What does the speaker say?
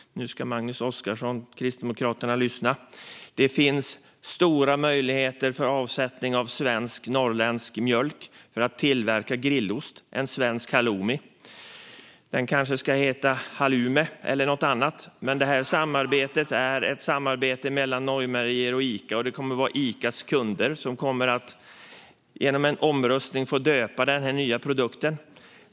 Nu ska Magnus Oscarsson från Kristdemokraterna lyssna. Det finns stora möjligheter för avsättning av norrländsk mjölk för att tillverka grillost - en svensk halloumi. Kanske kan den få heta Hallume? Men det här är ett samarbete mellan Norrmejerier och Ica, och det kommer att vara Icas kunder som genom en omröstning får döpa den nya produkten.